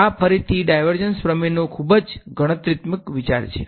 આ ફરીથી ડાયવર્જન્સ પ્રમેયનો ખૂબ જ ગણતરીત્મક વિચાર છે